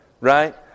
Right